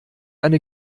eine